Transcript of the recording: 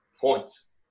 points